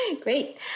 great